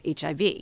HIV